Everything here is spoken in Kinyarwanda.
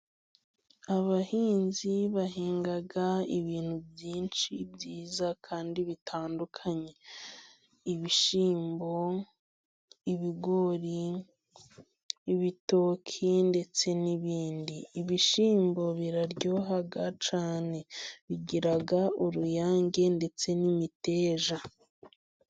Abahinzi bahinga ibintu byinshi byiza kandi bitandukanye. Ibishyimbo, ibigori, ibitoki, ndetse n'ibindi. Ibishyimbo biraryoha cyane, bigira uruyange ndetse n'imiteja.